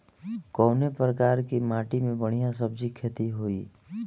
कवने प्रकार की माटी में बढ़िया सब्जी खेती हुई?